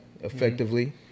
effectively